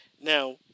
Now